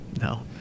No